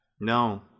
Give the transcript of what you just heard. No